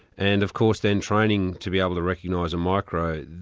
and of course then training to be able to recognise a micro.